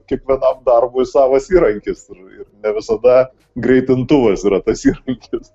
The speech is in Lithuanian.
kiekvienam darbui savas įrankis ir ne visada greitintuvas yra tas įrankis